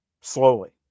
slowly